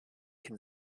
can